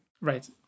Right